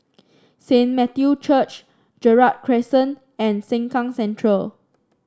Saint Matthew Church Gerald Crescent and Sengkang Central